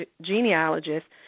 genealogists